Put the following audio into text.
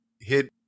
hit